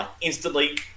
instantly